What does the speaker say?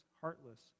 heartless